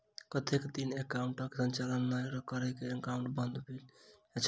कतेक दिन एकाउंटक संचालन नहि करै पर एकाउन्ट बन्द भऽ जाइत छैक?